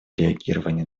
реагирования